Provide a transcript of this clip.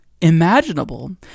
imaginable